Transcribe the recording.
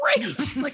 Great